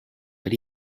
but